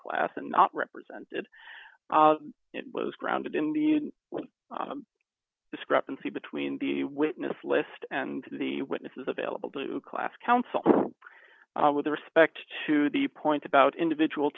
class and not represented it was grounded in the discrepancy between the witness list and the witnesses available to class counsel with respect to the point about individual